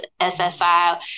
SSI